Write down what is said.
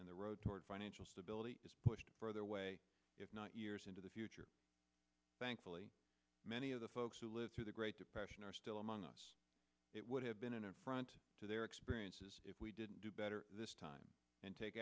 and the road toward financial stability is pushed further away if not years into the future thankfully many of the folks who lived through the great depression are still among us it would have been an affront to their experiences if we didn't do better this time and take